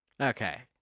Okay